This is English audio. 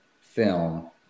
film